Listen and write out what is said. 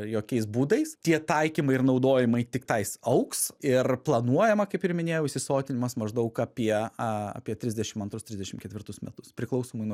jokiais būdais tie taikymai ir naudojimai tiktais augs ir planuojama kaip ir minėjau įsotinimas maždaug apie apie trisdešimt antrus trisdešimt ketvirtus metus priklausomai nuo